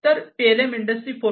तर पीएलएम ला इंडस्ट्री 4